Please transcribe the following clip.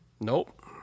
Nope